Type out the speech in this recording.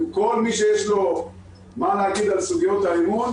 כל מי שיש לו מה להגיד על סוגיות האמון,